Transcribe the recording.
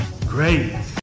Great